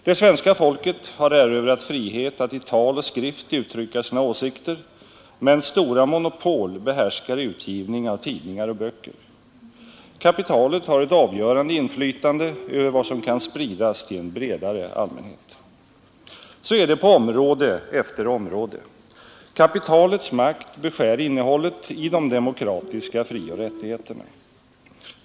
Det svenska folket har erövrat frihet att i tal och skrift uttrycka sina åsikter men stora monopol behärskar utgivning av tidningar och böcker. Kapitalet har ett avgörande inflytande över vad som kan spridas till en bredare allmänhet. Så är det på område efter område. Kapitalets makt beskär innehållet i de demokratiska frioch rättigheterna.